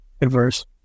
adverse